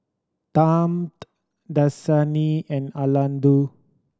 Tempt Dasani and Aldo